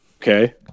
Okay